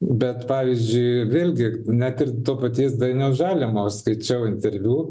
bet pavyzdžiui vėlgi net ir to paties dainiaus žalimo skaičiau interviu